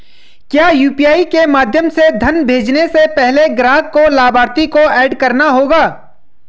क्या यू.पी.आई के माध्यम से धन भेजने से पहले ग्राहक को लाभार्थी को एड करना होगा?